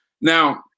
Now